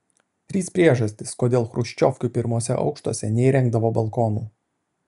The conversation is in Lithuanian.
trys priežastys kodėl chruščiovkių pirmuose aukštuose neįrengdavo balkonų